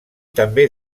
també